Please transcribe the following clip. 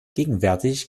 gegenwärtig